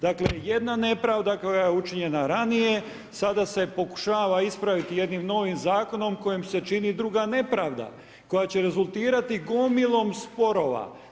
Dakle, jedna nepravda koja je učinjena ranije, sada se pokušava ispraviti jednim novim zakonom kojim se čini druga nepravda, koja će rezultirati gomilom sporova.